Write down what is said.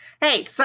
Hey